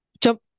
jump